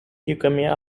leukaemia